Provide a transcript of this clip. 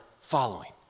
following